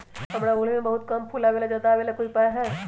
हमारा ओरहुल में बहुत कम फूल आवेला ज्यादा वाले के कोइ उपाय हैं?